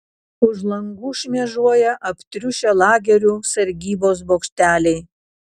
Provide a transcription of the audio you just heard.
už langų šmėžuoja aptriušę lagerių sargybos bokšteliai